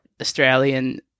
Australian